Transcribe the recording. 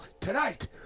tonight